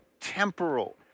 temporal